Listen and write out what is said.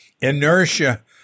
inertia